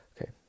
Okay